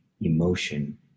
emotion